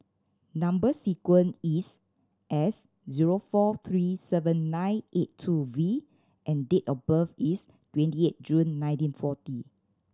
number sequence is S zero four three seven nine eight two V and date of birth is twenty eight June nineteen forty